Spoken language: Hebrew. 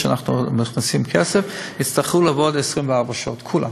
אנחנו נשים כסף, 24 שעות, כולם.